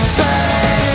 say